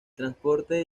transporte